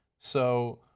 so,